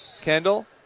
Kendall